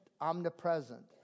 Omnipresent